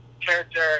character